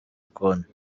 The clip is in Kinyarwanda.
konti